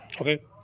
okay